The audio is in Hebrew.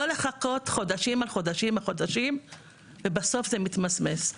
לא לחכות חודשים על חודשים על חודשים ובסוף זה מתמסמס.